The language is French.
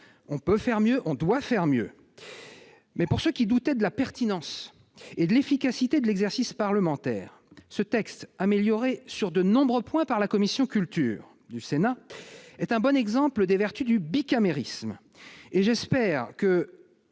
on peut faire mieux, et on doit faire mieux, mais je le dis à ceux qui doutaient de la pertinence et de l'efficacité de l'exercice parlementaire, ce texte, amélioré sur de nombreux points par la commission de la culture du Sénat, est un bon exemple des vertus du bicamérisme. J'espère donc